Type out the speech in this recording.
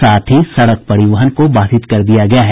साथ ही सड़क परिवहन को बाधित किया गया है